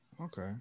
Okay